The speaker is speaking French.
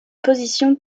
position